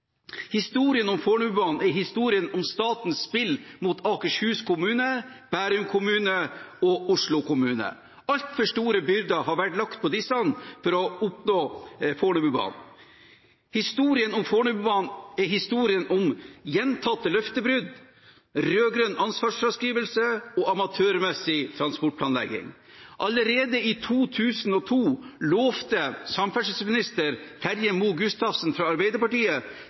Historien om Fornebubanen er historien om statens spill mot Akershus fylkeskommune, Bærum kommune og Oslo kommune. Altfor store byrder har vært lagt på disse for å oppnå Fornebubanen. Historien om Fornebubanen er historien om gjentatte løftebrudd, rød-grønn ansvarsfraskrivelse og amatørmessig transportplanlegging. Allerede i 2002 lovet samferdselsminister Terje Moe Gustavsen fra Arbeiderpartiet